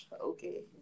Okay